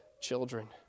children